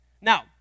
Now